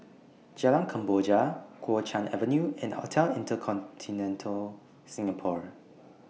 Jalan Kemboja Kuo Chuan Avenue and Hotel InterContinental Singapore